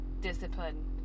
discipline